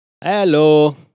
Hello